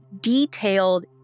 detailed